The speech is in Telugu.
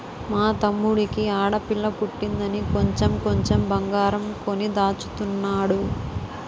మా తమ్ముడికి ఆడపిల్ల పుట్టిందని కొంచెం కొంచెం బంగారం కొని దాచుతున్నాడు